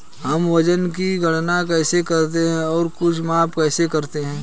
हम वजन की गणना कैसे करते हैं और कुछ माप कैसे करते हैं?